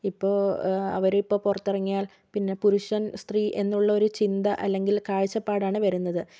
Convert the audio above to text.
ഇപ്പോൾ അവർ ഇപ്പോൾ പുറത്ത് ഇറങ്ങിയാൽ പിന്നെ പുരുഷൻ സ്ത്രീ എന്നുള്ള ഒരു ചിന്ത അല്ലെങ്കിൽ കാഴ്ചപ്പാടാണ് വരുന്നത്